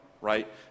right